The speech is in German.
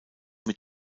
mit